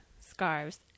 scarves